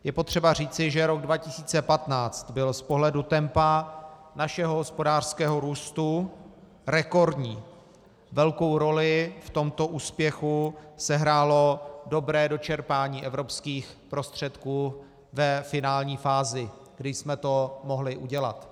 Je potřeba říci, že rok 2015 byl z pohledu tempa našeho hospodářského růstu rekordní, velkou roli v tomto úspěchu sehrálo dobré dočerpání evropských prostředků ve finální fázi, kdy jsme to mohli udělat.